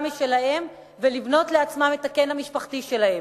משלהם ולבנות לעצמם את הקן המשפחתי שלהם.